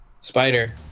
spider